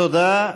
תודה.